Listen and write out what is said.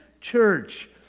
church